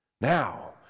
Now